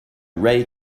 ray